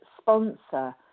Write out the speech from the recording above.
sponsor